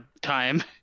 time